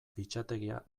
fitxategia